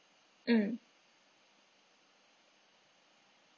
mm